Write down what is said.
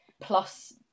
plus